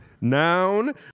Noun